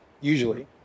usually